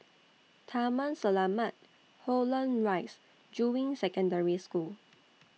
Taman Selamat Holland Rise and Juying Secondary School